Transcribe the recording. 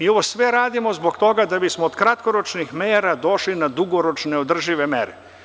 Ovo sve radimo zbog toga da bismo od kratkoročnih mera došli na dugoročne održive mere.